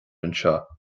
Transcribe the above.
anseo